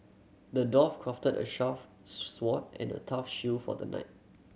the dwarf crafted a sword and a tough shield for the knight